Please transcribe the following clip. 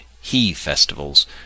he-festivals